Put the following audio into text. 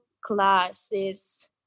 classes